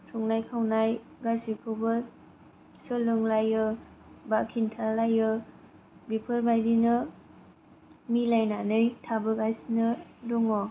संनाय खावनाय गासैखौबो सोलोंलायो बा खिन्थालायो बेफोरबायदिनो मिलायनानै थाबोगासिनो दङ